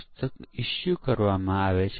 મતલબ કે તેઓ અમુક પ્રકારના ભૂલો સામે અસરકારક છે